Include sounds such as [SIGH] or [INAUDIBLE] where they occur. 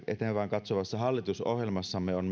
eteenpäin katsovassa hallitusohjelmassamme on [UNINTELLIGIBLE]